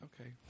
Okay